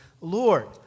Lord